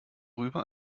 rüber